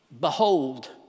Behold